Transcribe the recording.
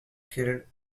killed